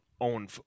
own